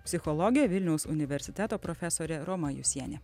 psichologė vilniaus universiteto profesorė roma jusienė